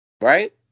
Right